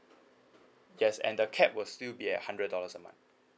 yes and the cap will still be a hundred dollars a month